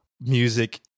music